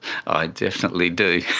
i definitely do,